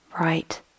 right